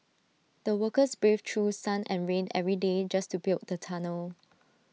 the workers braved through sun and rain every day just to build the tunnel